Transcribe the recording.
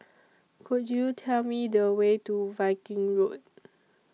Could YOU Tell Me The Way to Viking Road